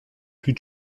plus